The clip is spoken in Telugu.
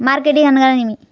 మార్కెటింగ్ అనగానేమి?